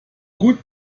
gut